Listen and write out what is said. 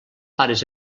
pares